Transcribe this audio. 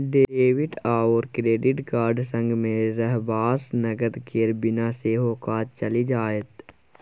debit आओर credit card संगमे रहबासँ नगद केर बिना सेहो काज चलि जाएत